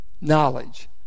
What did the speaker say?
knowledge